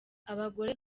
abagore